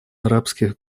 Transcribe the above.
арабских